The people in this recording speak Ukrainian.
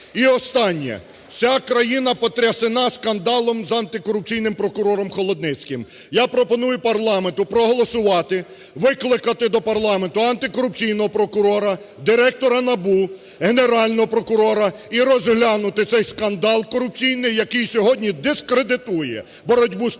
І останнє. Вся країна потрясена скандалом з антикорупційним прокурором Холодницьким. Я пропоную парламенту проголосувати, викликати до парламенту антикорупційного прокурора, директора НАБУ, Генерального прокурора і розглянути цей скандал корупційний, який сьогодні дискредитує боротьбу з корупцією